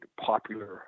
popular